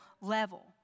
level